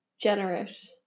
generous